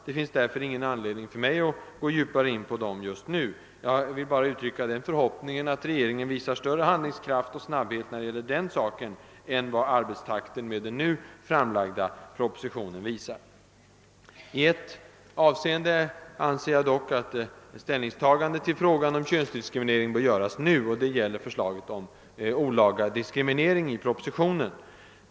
Det finns därför ingen anledning för mig att gå djupare in på dem just nu. Jag vill bara uttrycka förhoppningen att regeringen skall visa större handlingskraft och snabbhet när det gäller den saken än vad arbetstakten med den nu framlagda propositionen har givit prov på. I ett avseende anser jag dock att ett ställningstagande till könsdiskrimineringen bör göras nu, och det är i fråga om propositionens förslag om olaga diskriminering.